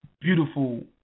beautiful